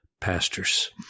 pastors